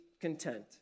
content